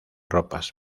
ropas